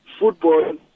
football